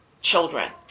Children